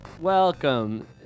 welcome